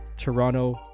Toronto